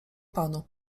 panu